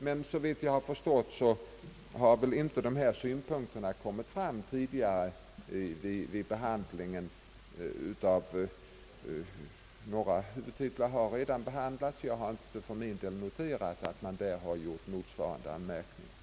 Men några huvudtitlar har redan behandlats, och jag har inte noterat att man beträffande dessa har gjort motsvarande anmärkning.